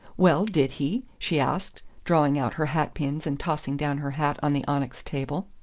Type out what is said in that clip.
well, did he? she asked, drawing out her hat-pins and tossing down her hat on the onyx table.